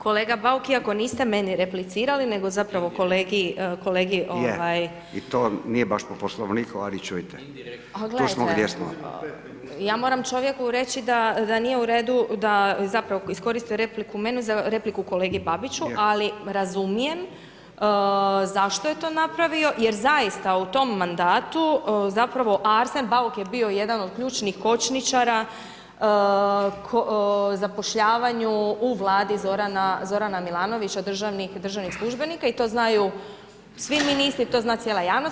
Kolega Bauk, iako niste meni replicirali nego zapravo kolegi [[Upadica Radin: Je i to vam nije baš po poslovniku, ali čujte tu smo gdje smo.]] a gledajte, ja moram čovjeku reći da nije u redu, da zapravo iskoristio repliku meni, za repliku kolegi Babiću, ali razumijem zašto je to napravio, jer zaista u tom mandatu, zapravo Arsen Bauk je bio jedan od ključnih kočničara zapošljavanju u vladi Zorana Milanovića državnih službenika i to znaju svi ministri, to zna cijela javnost.